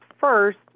first